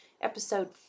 episode